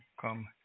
come